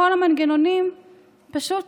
כל המנגנונים פשוט